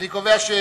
אני קובע שהצעתו